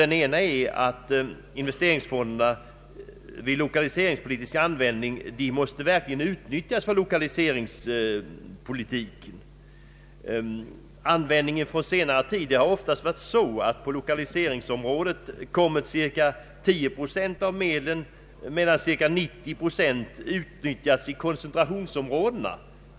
Den ena är att investeringsfonderna verkligen också måste utnyttjas för 1okaliseringspolitiska ändamål. Under senare år har fondmedlen använts så att inom lokaliseringsområden utnyttjats 10 procent, medan cirka 90 procent av medlen utnyttjats i koncentrationsområdena.